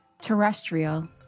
Terrestrial